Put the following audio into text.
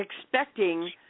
expecting